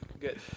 Good